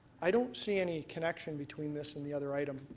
i don't see any connection between this and the other item.